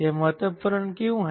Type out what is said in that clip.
यह महत्वपूर्ण क्यों है